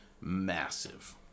massive